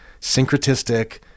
syncretistic